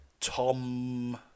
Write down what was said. Tom